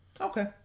Okay